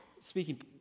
speaking